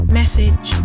message